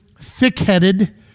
thick-headed